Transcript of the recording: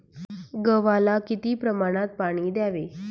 गव्हाला किती प्रमाणात पाणी द्यावे?